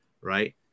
Right